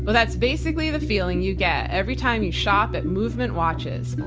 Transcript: but that's basically the feeling you get every time you shop at movement watches.